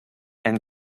and